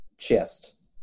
chest